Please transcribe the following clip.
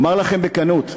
אומר לכם בכנות,